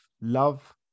love